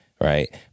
right